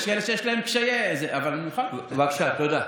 יש כאלה שיש להם קשיי, בבקשה, תודה.